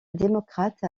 démocratique